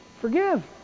forgive